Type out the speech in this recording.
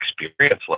experience